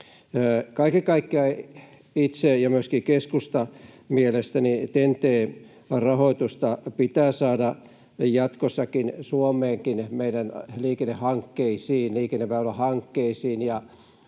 Kaiken kaikkiaan itseni, ja myöskin keskustan, mielestä TEN-T-rahoitusta pitää saada jatkossakin Suomeenkin, meidän liikenneväylähankkeisiin.